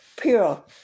pure